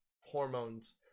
hormones